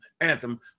anthem